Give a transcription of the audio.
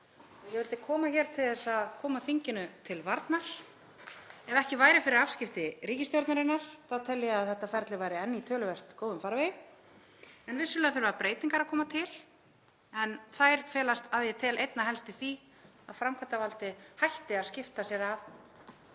Ég vildi koma hingað til þess að koma þinginu til varnar. Ef ekki væri fyrir afskipti ríkisstjórnarinnar þá tel ég að þetta ferli væri enn í töluvert góðum farvegi. Vissulega þurfa breytingar að koma til en þær felast að ég tel einna helst í því að framkvæmdarvaldið hætti að skipta sér af